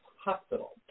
Hospital